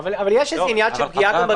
יש עניין של פגיעה בתושבים.